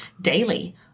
daily